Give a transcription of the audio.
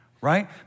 right